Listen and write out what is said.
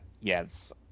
Yes